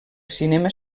cinema